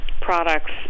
products